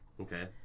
Okay